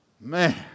Man